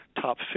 top